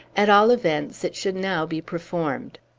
at all events, it should now be performed.